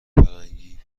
پلنگی